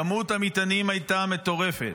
כמות המטענים הייתה מטורפת".